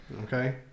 okay